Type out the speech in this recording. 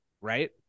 right